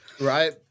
right